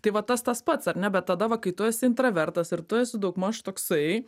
tai va tas tas pats ar ne bet tada va kai tu esi intravertas ir tu esi daugmaž toksai